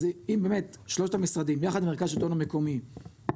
אז אם באמת שלושת המשרדים ביחד עם המרכז לשלטון מקומי ילכו